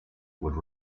would